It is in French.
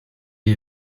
est